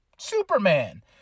Superman